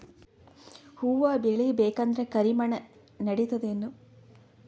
ಹುವ ಬೇಳಿ ಬೇಕಂದ್ರ ಕರಿಮಣ್ ನಡಿತದೇನು?